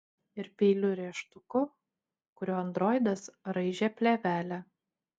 ir peiliu rėžtuku kuriuo androidas raižė plėvelę